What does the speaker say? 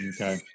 Okay